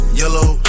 yellow